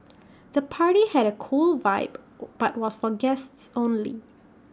the party had A cool vibe but was for guests only